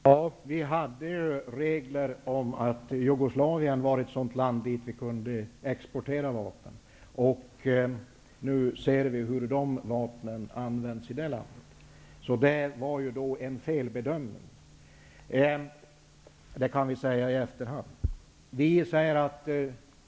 Herr talman! Vi hade regler som utsade att just Jugoslavien var ett land dit vapen kunde exporteras. Nu ser vi hur de vapnen används. Det gjordes alltså en felbedömning. Det kan vi säga nu i efterhand.